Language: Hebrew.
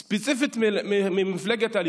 ספציפית ממפלגת הליכוד,